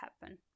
happen